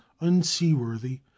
unseaworthy